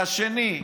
והשני,